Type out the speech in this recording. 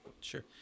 Sure